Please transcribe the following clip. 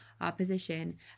opposition